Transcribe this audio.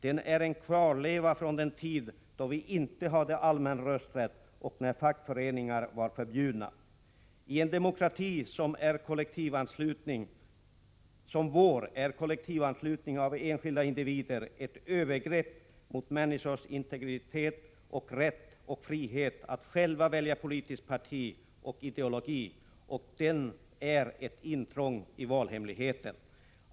Den är en kvarleva från den tid då vi inte hade allmän rösträtt och när fackföreningar var förbjudna. I en demokrati som vår är kollektivanslutning av enskilda individer ett övergrepp mot människors integritet och rätt och frihet att själva välja politiskt parti och ideologi. Och den är ett intrång i valhemligheten.